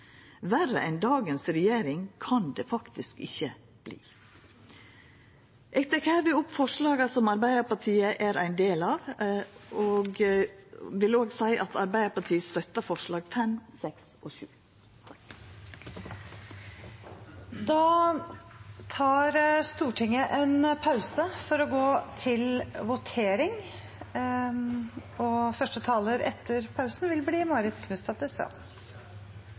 Verre enn dagens regjering kan det faktisk ikkje verta. Eg vil då anbefala dei forslaga som Arbeidarpartiet er ein del av, og vil også seia at Arbeidarpartiet støttar forslag nr. 5, frå Framstegspartiet og Senterpartiet. Første taler etter voteringen vil bli Marit Knutsdatter Strand. Da er Stortinget klar til å gå til votering, og vi går først til